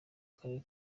karere